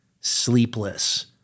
sleepless